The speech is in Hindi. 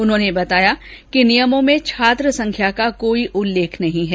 उन्होंने बताया कि नियमों में छात्रसंख्या का कोई उल्लेख नहीं है